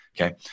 Okay